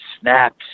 snaps